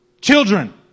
children